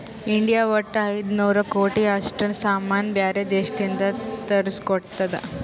India ವಟ್ಟ ಐಯ್ದ ನೂರ್ ಕೋಟಿ ಅಷ್ಟ ಸಾಮಾನ್ ಬ್ಯಾರೆ ದೇಶದಿಂದ್ ತರುಸ್ಗೊತ್ತುದ್